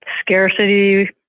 scarcity